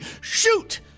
shoot